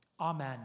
Amen